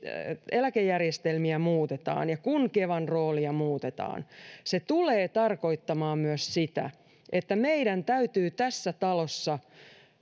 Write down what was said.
eläkejärjestelmiä muutetaan ja kun kevan roolia muutetaan se tulee tarkoittamaan myös sitä että meidän täytyy tässä talossa